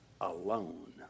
alone